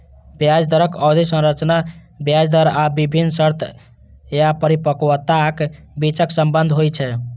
ब्याज दरक अवधि संरचना ब्याज दर आ विभिन्न शर्त या परिपक्वताक बीचक संबंध होइ छै